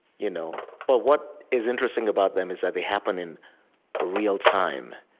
you know but what is interesting about them is that they happen in real time.